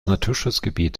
naturschutzgebiet